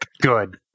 good